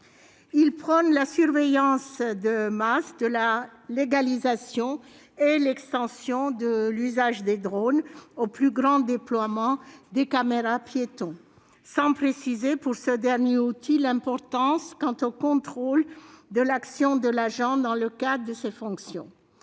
loi prône la surveillance de masse, de la légalisation et de l'extension de l'usage des drones au plus grand déploiement des caméras-piétons, sans préciser, pour ce dernier outil, l'importance du contrôle de l'action de l'agent dans le cadre de ses fonctions.